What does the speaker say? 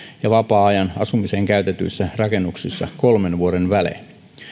ja vapaa ajan asumiseen käytetyissä rakennuksissa kolmen vuoden välein